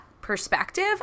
perspective